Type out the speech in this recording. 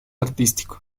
artístico